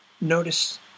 notice